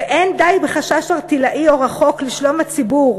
ואין די בחשש ערטילאי או רחוק לשלום הציבור